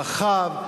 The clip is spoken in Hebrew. רחב,